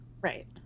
Right